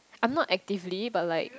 I'm not actively but like